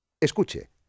Escuche